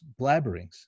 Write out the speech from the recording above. blabberings